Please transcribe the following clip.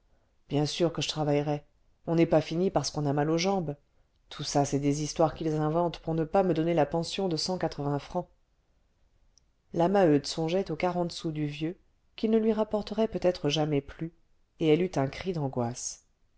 bien sûr que je travaillerai on n'est pas fini parce qu'on a mal aux jambes tout ça c'est des histoires qu'ils inventent pour ne pas me donner la pension de cent quatre-vingts francs la maheude songeait aux quarante sous du vieux qu'il ne lui rapporterait peut-être jamais plus et elle eut un cri d'angoisse